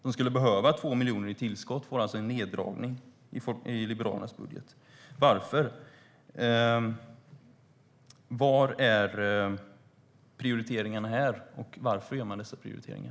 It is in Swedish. De skulle behöva 2 miljoner i tillskott men får alltså en neddragning i Liberalernas budget. Varför? Vilka är prioriteringarna här, och varför gör man dessa prioriteringar?